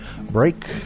break